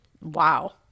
Wow